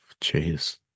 Jeez